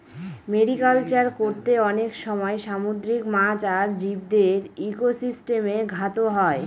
mariculture করতে অনেক সময় সামুদ্রিক মাছ আর জীবদের ইকোসিস্টেমে ঘাত হয়